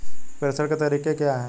प्रेषण के तरीके क्या हैं?